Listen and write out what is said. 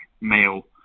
male